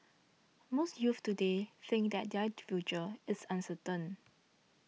most youths today think that their future is uncertain